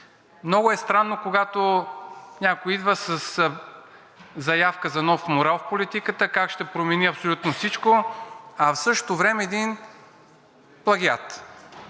Много е странно, когато някой идва със заявка за нов морал в политиката, как ще промени абсолютно всичко, а в същото време е един плагиат